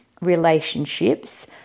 relationships